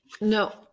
No